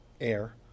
air